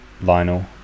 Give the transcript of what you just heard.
Lionel